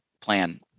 plan